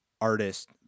artist